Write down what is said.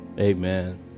Amen